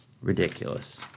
Ridiculous